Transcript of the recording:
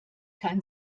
kein